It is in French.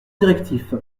directif